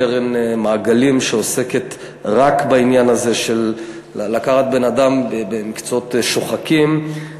קרן "מעגלים" שעוסקת רק בעניין הזה של לקחת בן-אדם במקצועות שוחקים,